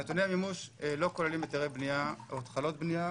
נתוני המימוש לא כוללים היתרי בנייה או התחלות בנייה,